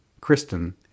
Kristen